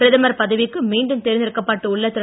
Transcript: பிரதமர் பதவிக்கு மீண்டும் தேர்ந்தெடுக்கப்பட்டு உள்ள திரு